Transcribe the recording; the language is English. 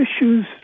issues